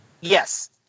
yes